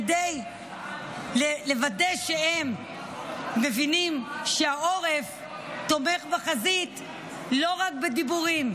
כדי לוודא שהם מבינים שהעורף תומך בחזית לא רק בדיבורים,